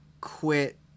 quit